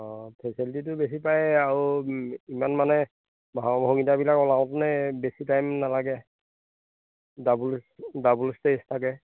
অঁ ফেচিলিটিটো বেছি পায় আৰু ইমান মানে ভাও ভংগীমাবিলাক ওলাওঁতে বেছি টাইম নালাগে ডাবুল ডাবুল ষ্টেজ থাকে